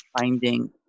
finding